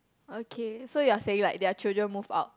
okay so you are saying like their children move out